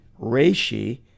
reishi